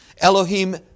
Elohim